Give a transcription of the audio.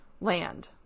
land